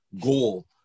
goal